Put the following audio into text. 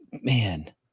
man